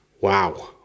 Wow